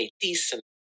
decent